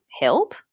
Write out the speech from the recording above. help